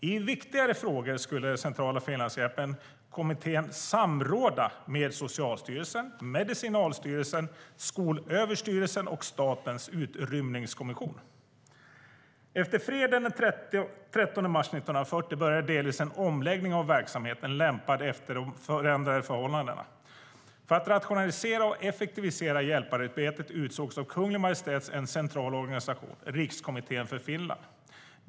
I viktigare frågor skulle kommittén samråda med Socialstyrelsen, Medicinalstyrelsen, Skolöverstyrelsen och Statens Utrymningskommission." Jag citerar vidare ur materialet från Riksarkivet: "Efter freden den 13 mars 1940 började delvis en omläggning av verksamheten lämpad efter de förändrade förhållandena. För att rationalisera och effektivisera hjälparbetet utsågs av Kungl. Maj:t en central organisation, Rikskommittén för Finland.